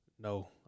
No